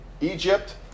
Egypt